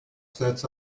sits